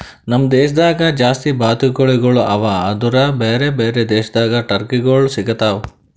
ನಮ್ ದೇಶದಾಗ್ ಜಾಸ್ತಿ ಬಾತುಕೋಳಿಗೊಳ್ ಅವಾ ಆದುರ್ ಬೇರೆ ಬೇರೆ ದೇಶದಾಗ್ ಟರ್ಕಿಗೊಳ್ ಸಿಗತಾವ್